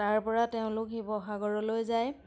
তাৰ পৰা তেওঁলোক শিৱসাগৰলৈ যায়